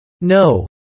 No